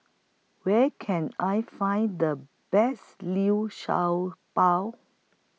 Where Can I Find The Best Liu Sha Bao